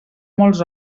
molts